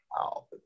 Wow